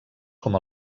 com